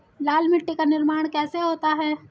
लाल मिट्टी का निर्माण कैसे होता है?